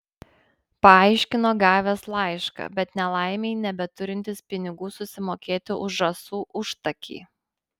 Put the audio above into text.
paaiškino gavęs laišką bet nelaimei nebeturintis pinigų susimokėti už žąsų užtakį